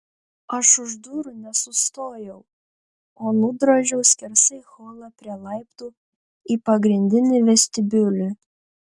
aš už durų nesustojau o nudrožiau skersai holą prie laiptų į pagrindinį vestibiulį